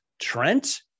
Trent